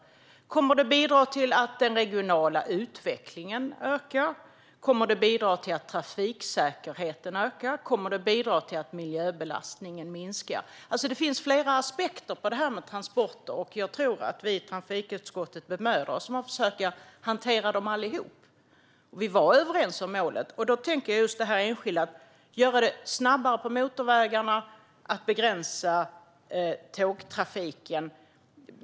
Kommer det att bidra till att den regionala utvecklingen ökar? Kommer det att bidra till att trafiksäkerheten ökar? Kommer det att bidra till att miljöbelastningen minskar? Det finns alltså flera aspekter på transporter, och jag tror att vi i trafikutskottet bemödar oss om att försöka hantera dem allihop. Vi var överens om målet. Då undrar jag just över detta med att göra det snabbare på motorvägarna och begränsa tågtrafiken.